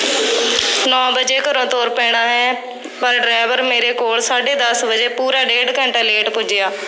ਨੌਂ ਵਜੇ ਘਰੋਂ ਤੁਰ ਪੈਣਾ ਹੈ ਪਰ ਡਰਾਈਵਰ ਮੇਰੇ ਕੋਲ ਸਾਢੇ ਦਸ ਵਜੇ ਪੂਰਾ ਡੇਢ ਘੰਟਾ ਲੇਟ ਪੁੱਜਿਆ